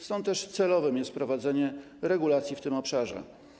Stąd też celowe jest wprowadzenie regulacji w tym obszarze.